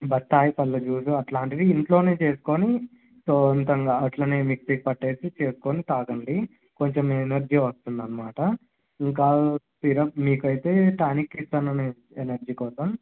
బత్తాయి పళ్ళ జ్యూస్ అట్లాంటివి ఇంట్లోనే చేసుకోని సొంతంగా అట్లనే మిక్సీకి పట్టేసి చేస్కోని తాగండి కొంచెం ఎనర్జీ వస్తుందనమాట ఇంకా సిరప్ మీకయితే టానిక్ ఇస్తాను నే ఎనర్జీ కోసం